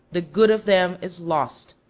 the good of them is lost,